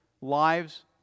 lives